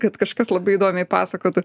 kad kažkas labai įdomiai pasakotų